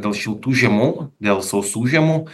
dėl šiltų žiemų dėl sausų žiemų